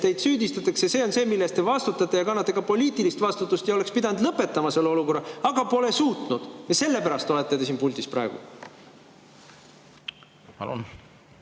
teid süüdistatakse. See on see, mille eest te vastutate ja kannate ka poliitilist vastutust. Te oleks pidanud lõpetama selle olukorra, aga pole suutnud. Sellepärast olete te siin puldis praegu.